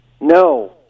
No